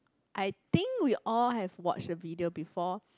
I think we all have watch the video before